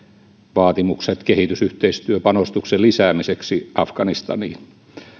vaatimukset kehitysyhteistyöpanostuksen lisäämiseksi afganistaniin